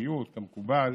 בחגיגיות כמקובל